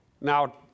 Now